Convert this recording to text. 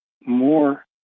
more